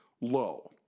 Low